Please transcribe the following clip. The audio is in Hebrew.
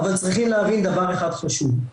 אבל צריכים להבין דבר אחד חשוב,